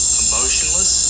emotionless